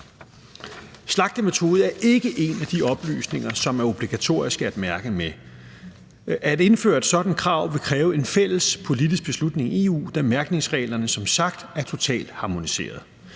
slagtemetode er ikke en af de oplysninger, som er obligatorisk at mærke med. At indføre et sådant krav vil kræve en fælles politisk beslutning i EU, da mærkningsreglerne som sagt er totalharmoniseret.